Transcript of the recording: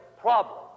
problem